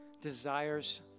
desires